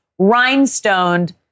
rhinestoned